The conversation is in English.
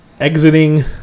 exiting